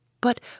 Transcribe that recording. But